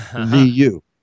VU